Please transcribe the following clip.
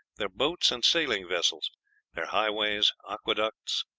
their boats and sailing-vessels, their highways, aqueducts,